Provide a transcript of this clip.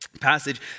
Passage